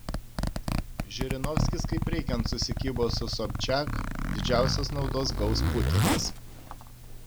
žirinovskis kaip reikiant susikibo su sobčiak didžiausios naudos gaus putinas